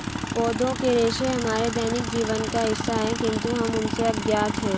पौधों के रेशे हमारे दैनिक जीवन का हिस्सा है, किंतु हम उनसे अज्ञात हैं